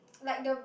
like the